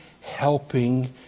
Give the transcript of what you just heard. helping